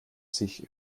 sich